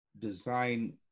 design